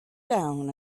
down